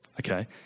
okay